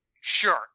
sure